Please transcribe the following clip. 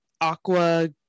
aqua